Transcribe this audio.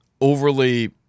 overly